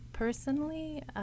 Personally